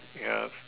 ya